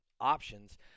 options